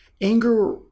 anger